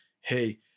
hey